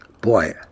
boy